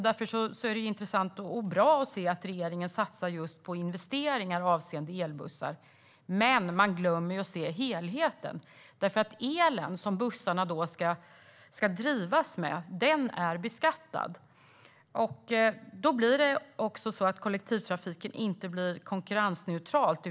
Därför är det intressant och bra att se att regeringen satsar just på investeringar avseende elbussar. Man glömmer dock att se helheten. Den el bussarna ska drivas med är nämligen beskattad, och då blir inte kollektivtrafiken konkurrensneutral.